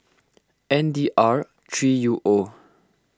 N D R three U O